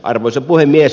arvoisa puhemies